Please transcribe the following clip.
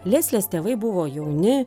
leslės tėvai buvo jauni